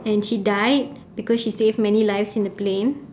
and she died because she saved many lives in the plane